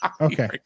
okay